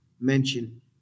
mention